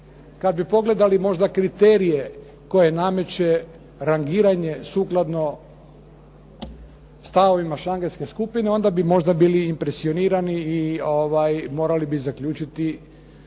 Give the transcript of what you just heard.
Kad bi pogledali možda kriterije koje nameće rangiranje sukladno stavovima šangajske skupine onda bi možda bili impresionirani i morali bi zaključiti